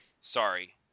Sorry